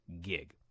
gig